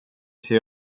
sig